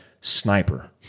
sniper